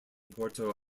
porto